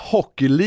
Hockey